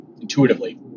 intuitively